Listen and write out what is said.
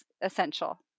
essential